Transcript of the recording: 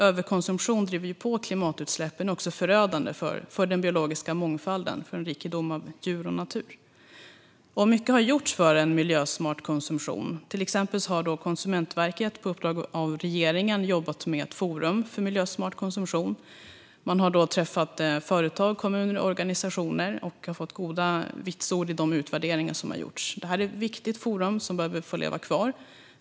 Överkonsumtion driver på klimatutsläppen och är förödande för den biologiska mångfalden - för en rikedom av djur och natur. Mycket har gjorts för en miljösmart konsumtion. Till exempel har Konsumentverket på uppdrag av regeringen jobbat med ett forum för miljösmart konsumtion. Man har träffat företag, kommuner och organisationer och har fått goda vitsord i de utvärderingar som har gjorts. Detta är ett viktigt forum som behöver få leva kvar.